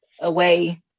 away